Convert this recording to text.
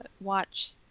watch